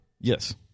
Yes